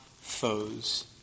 foes